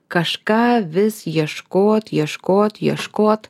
kažką vis ieškot ieškot ieškot